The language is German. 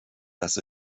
dass